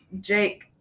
Jake